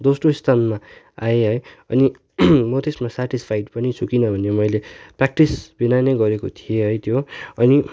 दोस्रो स्थानमा आएँ है अनि म त्यसमा स्याटिसफाइड पनि छु किनभने मैले प्र्याक्टिस बिना नै गरेको थिएँ है त्यो अनि